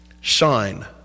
Shine